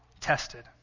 tested